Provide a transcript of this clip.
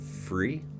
free